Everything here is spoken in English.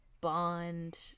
Bond